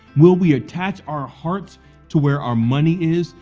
will we attach our hearts to where our money is?